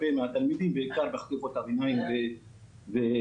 בעיקר בקרב תלמידים בחטיבות הביניים ובתיכונים.